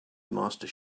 master